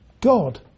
God